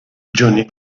johnny